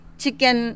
chicken